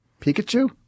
Pikachu